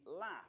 laugh